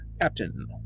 Captain